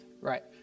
right